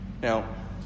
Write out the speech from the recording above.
Now